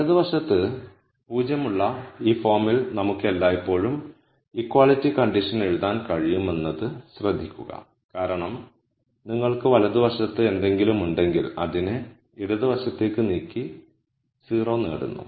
വലത് വശത്ത് 0 ഉള്ള ഈ ഫോമിൽ നമുക്ക് എല്ലായ്പ്പോഴും ഇക്വാളിറ്റി കണ്ടീഷൻ എഴുതാൻ കഴിയുമെന്നത് ശ്രദ്ധിക്കുക കാരണം നിങ്ങൾക്ക് വലതുവശത്ത് എന്തെങ്കിലും ഉണ്ടെങ്കിൽ അതിനെ ഇടത് വശത്തേക്ക് നീക്കി 0 നേടുന്നു